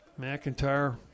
McIntyre